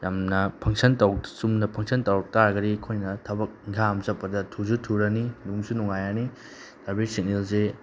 ꯌꯥꯝꯅ ꯐꯪꯁꯟ ꯆꯨꯝꯅ ꯐꯪꯁꯟ ꯇꯧꯔꯛ ꯇꯥꯔꯒꯗꯤ ꯑꯩꯈꯣꯏꯅ ꯊꯕꯛ ꯏꯟꯈꯥꯡ ꯑꯃ ꯆꯠꯄꯗ ꯊꯨꯁꯨ ꯊꯨꯔꯅꯤ ꯅꯨꯡꯁꯨ ꯅꯨꯡꯉꯥꯏꯔꯅꯤ ꯇ꯭ꯔꯥꯐꯤꯛ ꯁꯤꯒꯅꯦꯜꯁꯦ